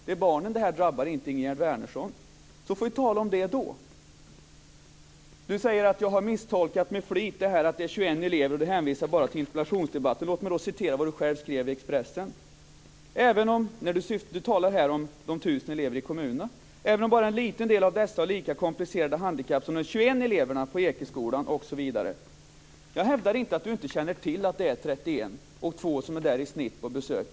Det är barnen det här drabbar, inte Ingegerd Ingegerd Wärnersson säger att jag med flit har misstolkat detta att det är 21 elever i Ekeskolan och hänvisar till interpellationsdebatten. Låt mig då få citera vad hon själv skrev i Expressen, och hon talar då om de tusen eleverna i kommunerna: "- även om bara en liten del av dessa har lika komplicerade handikapp som de 21 eleverna på Ekeskolan -". Jag hävdar inte att Ingegerd Wärnersson inte känner till att det är 31 elever och två elever i snitt som är där på besök.